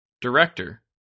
Director